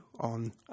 on